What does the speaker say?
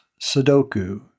Sudoku